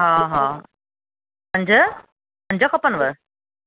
हा हा पंज पंज खपनिव